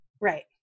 Right